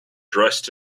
dressed